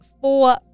four